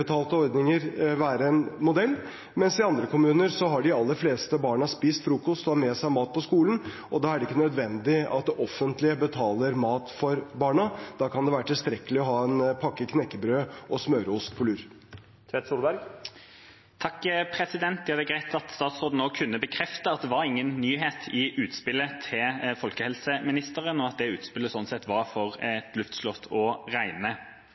ordninger være en modell, mens i andre kommuner har de aller fleste barna spist frokost og har med seg mat på skolen. Da er det ikke nødvendig at det offentlige betaler mat for barna. Da kan det være tilstrekkelig å ha en pakke knekkebrød og smøreost på lur. Det er greit at statsråden nå kunne bekrefte at det var ingen nyhet i utspillet til folkehelseministeren, og at det utspillet sånn sett var for et luftslott å regne.